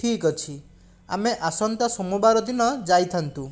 ଠିକ୍ ଅଛି ଆମେ ଆସନ୍ତା ସୋମବାର ଦିନ ଯାଇଥାନ୍ତୁ